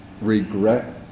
regret